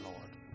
Lord